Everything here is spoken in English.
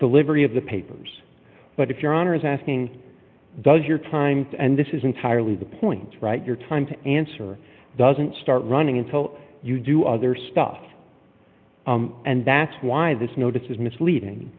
the livery of the papers but if your honor is asking does your times and this is entirely the point right your time to answer doesn't start running until you do other stuff and that's why this notice is misleading